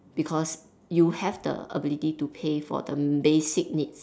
because you have the ability to pay for the basic needs